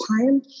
time